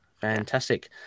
fantastic